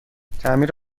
تعمیر